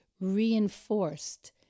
reinforced